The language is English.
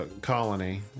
colony